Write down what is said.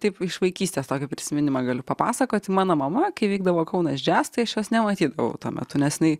taip iš vaikystės tokį prisiminimą galiu papasakoti mano mama kai vykdavo kaunas džias tai aš jos nematydavau tuo metu nes jinai